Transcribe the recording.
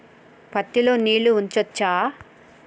పత్తి లో నీళ్లు ఉంచచ్చా?